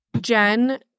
Jen